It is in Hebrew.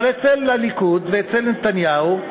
אבל אצל הליכוד ואצל נתניהו,